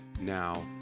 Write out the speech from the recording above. now